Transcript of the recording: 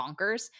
bonkers